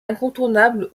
incontournable